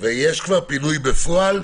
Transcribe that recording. ויש כבר פינוי בפועל?